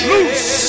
Loose